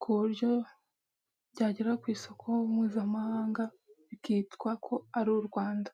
ku buryo byagera ku isoko mpuzamahanga bikitwa ko ari u Rwanda.